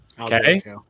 Okay